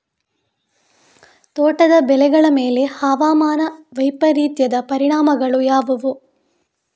ತೋಟದ ಬೆಳೆಗಳ ಮೇಲೆ ಹವಾಮಾನ ವೈಪರೀತ್ಯದ ಪರಿಣಾಮಗಳು ಯಾವುವು?